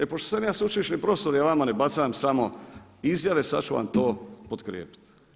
E pošto sam ja sveučilišni profesor ja vama ne bacam samo izjave, sad ću vam to potkrijepiti.